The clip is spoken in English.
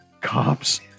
Cops